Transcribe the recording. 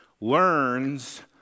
learns